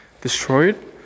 destroyed